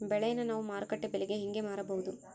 ಬೆಳೆಯನ್ನ ನಾವು ಮಾರುಕಟ್ಟೆ ಬೆಲೆಗೆ ಹೆಂಗೆ ಮಾರಬಹುದು?